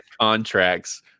contracts